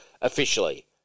officially